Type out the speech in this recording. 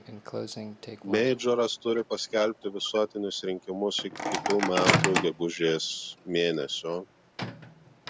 meidžoras turi paskelbti visuotinius rinkimus iki kitų metų gegužės mėnesio